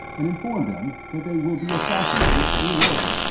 and inform them that they will be assassinated, in order,